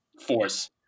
force